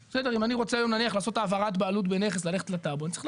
שיקלי, נעמת לנו, דיברת כללי,